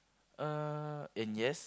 uh and yes